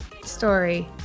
story